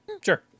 Sure